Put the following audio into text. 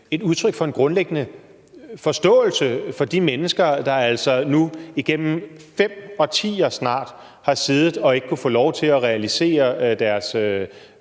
få udtrykt en helt grundlæggende forståelse for de mennesker, der altså nu igennem snart 5 årtier har siddet og ikke kunnet få lov til at realisere deres